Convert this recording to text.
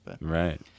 Right